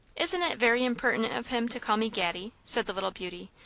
isn't it very impertinent of him to call me gatty? said the little beauty,